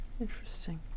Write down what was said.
Interesting